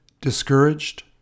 discouraged